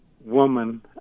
woman